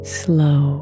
slow